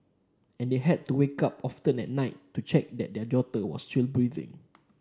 and they had to wake up often at night to check that their daughter was still breathing